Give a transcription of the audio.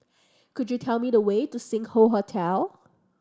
could you tell me the way to Sing Hoe Hotel